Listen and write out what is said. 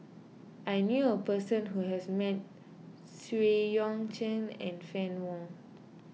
I knew a person who has met Xu Yuan Zhen and Fann Wong